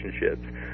relationships